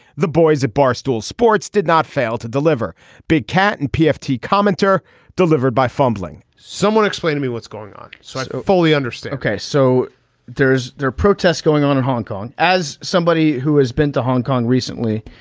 the boys at barstool sports did not fail to deliver big and pfc pfc commenter delivered by fumbling someone explain to me what's going on so i fully understood. ok so there's there are protests going on in hong kong as somebody who has been to hong kong recently.